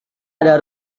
ada